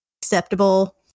acceptable